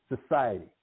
society